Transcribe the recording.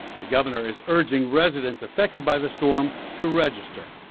the governor is urging residents affected by the storm to register.